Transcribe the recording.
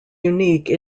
unique